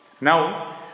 Now